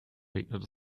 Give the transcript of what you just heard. regnet